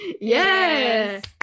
Yes